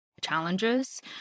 challenges